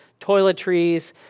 toiletries